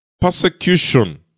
persecution